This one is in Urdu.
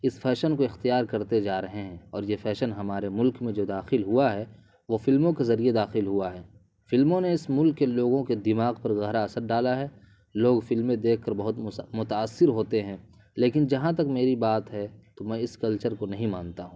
اس فیشن کو اختیار کرتے جا رہے ہیں اور یہ فیشن ہمارے ملک میں جو داخل ہوا ہے وہ فلموں کے ذریعہ داخل ہوا ہے فلموں نے اس ملک کے لوگوں کے دماغ پر گہرا اثر ڈالا ہے لوگ فلمیں دیکھ کر بہت متاثر ہوتے ہیں لیکن جہاں تک میری بات ہے تو میں اس کلچر کو نہیں مانتا ہوں